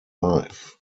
life